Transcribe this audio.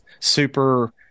super